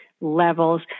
levels